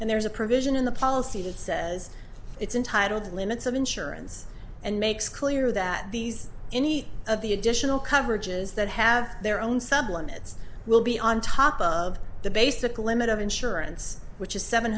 and there's a provision in the policy that says it's entitle the limits of insurance and makes clear that these any of the additional coverages that have their own sub limits will be on top of the basic limit of insurance which is seven